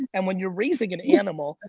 and when you're raising an animal, ah